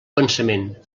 pensament